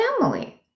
family